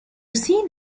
seen